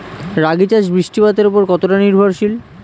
রাগী চাষ বৃষ্টিপাতের ওপর কতটা নির্ভরশীল?